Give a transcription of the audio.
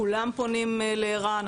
כולם פונים לער"ן,